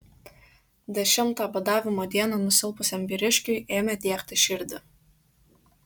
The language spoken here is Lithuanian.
dešimtą badavimo dieną nusilpusiam vyriškiui ėmė diegti širdį